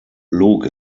luke